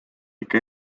ikka